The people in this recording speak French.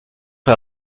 sur